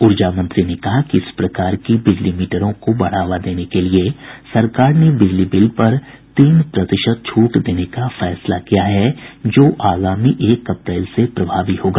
ऊर्जा मंत्री ने कहा कि इस प्रकार की बिजली मीटरों को बढ़ावा देने के लिए सरकार ने बिजली बिल पर तीन प्रतिशत छूट देने का फैसला किया है जो आगामी एक अप्रैल से प्रभावी होगा